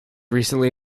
recently